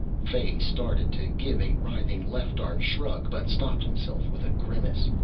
fay started to give a writhing left-armed shrug, but stopped himself with a grimace.